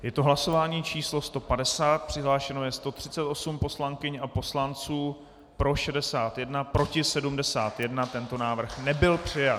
Je to hlasování číslo 150, přihlášeno je 138 poslankyň a poslanců, pro 61, proti 71, tento návrh nebyl přijat.